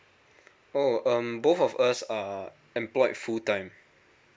oh um both of us are employed full time